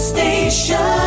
Station